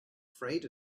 afraid